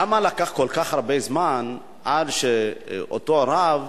למה לקח כל כך הרבה זמן עד שאותו רב